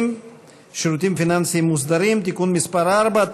(שירותים פיננסיים מוסדרים) (תיקון מס' 4),